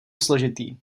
složitý